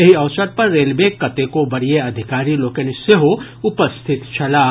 एहि अवसर पर रेलवेक कतेको वरीय अधिकारी लोकनि सेहो उपस्थित छलाह